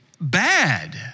bad